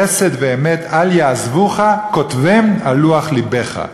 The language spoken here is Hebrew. חסד ואמת אל יעזבֻך, כתבם על לוח לבך".